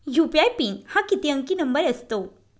UPI PIN हा किती अंकी नंबर असतो?